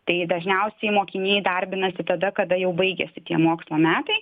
tai dažniausiai mokiniai darbinasi tada kada jau baigiasi tie mokslo metai